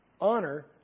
honor